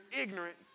ignorant